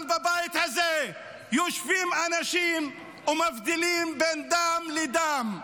אבל בבית הזה יושבים אנשים ומבדילים בין דם לדם.